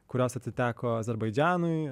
kurios atiteko azerbaidžanui